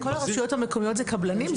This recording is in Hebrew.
בכל הרשויות המקומיות אלה קבלנים?